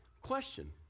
Question